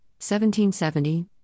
1770